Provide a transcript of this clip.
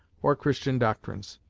or christian doctrines.